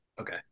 Okay